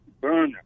burner